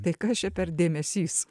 tai kas čia per dėmesys